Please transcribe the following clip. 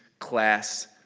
class,